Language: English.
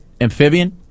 amphibian